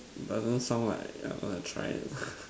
doesn't sound like I'm going to try leh